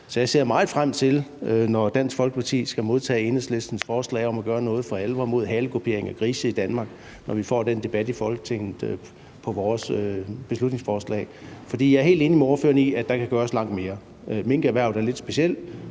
jeg ser meget frem til, at Dansk Folkeparti skal modtage Enhedslistens forslag om for alvor at gøre noget mod halekupering af grise i Danmark, og at vi får den debat i Folketinget om vores beslutningsforslag. For jeg er helt enig med ordføreren i, at der kan gøres langt mere. Minkerhvervet er en lidt speciel